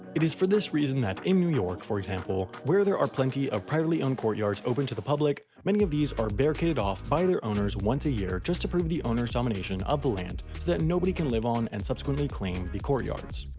it is for this reason that in new york, for example, where there are plenty of privately owned courtyards open to the public, many of these are barricaded off by their owners once a year just to prove the owner's domination of the land so that nobody can live on and subsequently claim the courtyards.